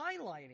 highlighting